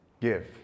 Give